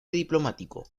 diplomático